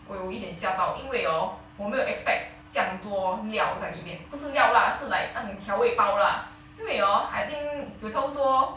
我有一点吓到因为 hor 我没有 expect 酱多料在里面不是料 lah 是 like 那种调味包 lah 因为 hor I think 有差不多